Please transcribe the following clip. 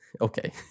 Okay